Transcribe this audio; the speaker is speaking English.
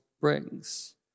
brings